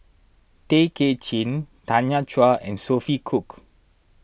Tay Kay Chin Tanya Chua and Sophia Cooke